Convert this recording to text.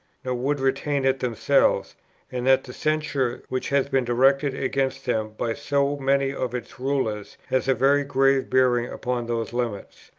nor would retain it themselves and that the censure which has been directed against them by so many of its rulers has a very grave bearing upon those limits.